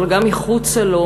אבל גם מחוצה לו,